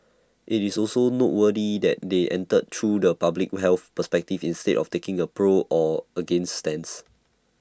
IT is also noteworthy that they entered through the public health perspective instead of taking A pro or against stance